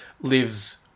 lives